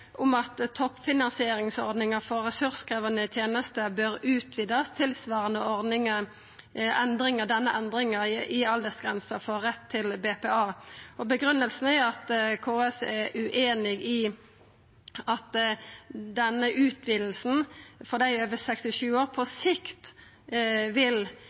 om at toppfinansieringsordninga for ressurskrevjande tenester bør utvidast tilsvarande denne endringa i aldersgrensa for rett til BPA. Grunngivinga er at KS er ueinig i at denne utvidinga for dei over 67 år på sikt ikkje vil